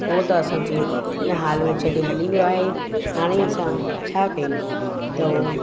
उहो त असांखे इन हाल में छॾे हली वियो आहे हाणे असां छा कयूं त उहो